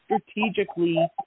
strategically